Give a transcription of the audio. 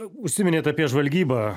užsiminėt apie žvalgybą